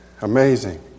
Amazing